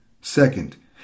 Second